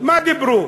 מה דיברו?